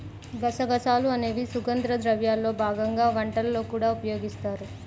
గసగసాలు అనేవి సుగంధ ద్రవ్యాల్లో భాగంగా వంటల్లో కూడా ఉపయోగిస్తారు